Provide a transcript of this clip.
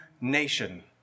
nation